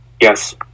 Yes